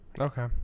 Okay